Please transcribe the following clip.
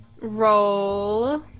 roll